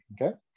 okay